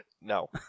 No